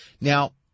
Now